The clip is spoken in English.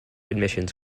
admissions